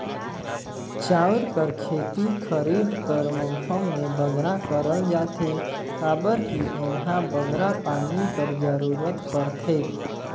चाँउर कर खेती खरीब कर मउसम में बगरा करल जाथे काबर कि एम्हां बगरा पानी कर जरूरत परथे